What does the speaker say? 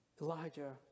Elijah